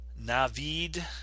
navid